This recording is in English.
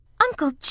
Uncle